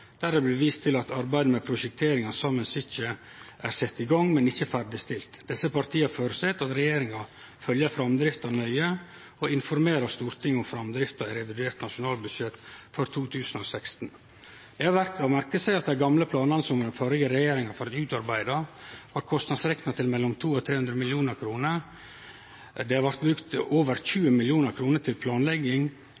der det blir vist til at arbeidet med prosjekteringa av Saemien Sijte er sett i gang, men ikkje ferdigstilt. Desse partia føreset at regjeringa følgjer framdrifta nøye og informerer Stortinget om framdrifta i revidert nasjonalbudsjett for 2016. Det er verdt å merke seg at dei gamle planane som den førre regjeringa fekk utarbeidd, var kostnadsrekna til mellom 200 og 300 mill. kr. Det blei brukt over